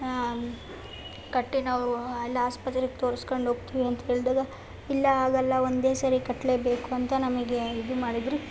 ಕಟ್ಟಿ ನಾವು ಅಲ್ಲಿ ಆಸ್ಪತ್ರೆಗೆ ತೋರ್ಸ್ಕೊಂಡು ಹೋಗ್ತೀವಿ ಅಂತ ಹೇಳಿದಾಗ ಇಲ್ಲ ಆಗಲ್ಲ ಒಂದೇ ಸರಿ ಕಟ್ಟಲೆ ಬೇಕು ಅಂತ ನಮಗೆ ಇದು ಮಾಡಿದರು